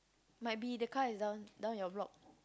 might be the car is down down your block